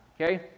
okay